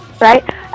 Right